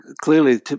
clearly